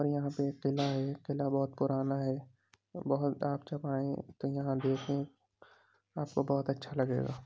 اور یہاں پہ ایک قلعہ ہے قلعہ بہت پرانا ہے اور بہت آپ جب آئیں تو یہاں دیکھیں آپ کو بہت اچھا لگے گا